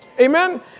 Amen